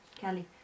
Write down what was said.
Kelly